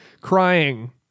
crying